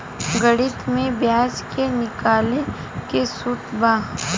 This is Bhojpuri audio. गणित में ब्याज के निकाले के सूत्र बा